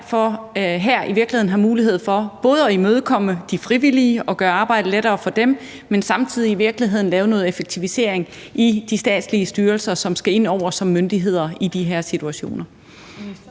vi derfor i virkeligheden har mulighed for her både at imødekomme de frivillige og gøre arbejdet lettere for dem, men samtidig i virkeligheden lave noget effektivisering i de statslige styrelser, som skal ind over som myndigheder i de her situationer?